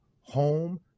Home